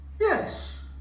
Yes